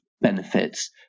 benefits